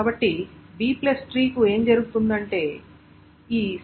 కాబట్టి Bట్రీ కు ఏమి జరుగుతుంది అంటే ఈ C ≥ 2𝚹